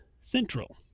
central